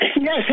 Yes